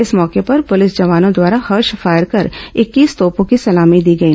इस मौके पर पुलिस जवानों द्वारा हर्ष फायर कर इक्कीस तोपों की सलामी दी गई